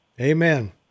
Amen